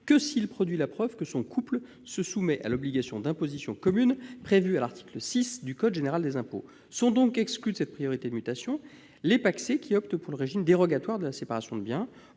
que s'il produit la preuve que son couple se soumet à l'obligation d'imposition commune prévue à l'article 6 du code général des impôts. Sont donc exclus de cette priorité de mutation, les pacsés qui optent pour le régime dérogatoire de la séparation de biens.